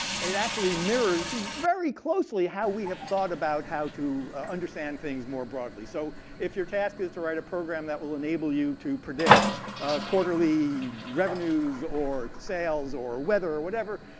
it actually mirrors very closely how we have thought about how to understand things more broadly. so if your task is to write a program that will enable you to predict quarterly revenues or sales or weather or whatever,